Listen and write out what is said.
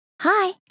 Hi